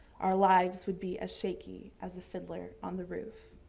our lives would be as shaky as a fiddler on the roof.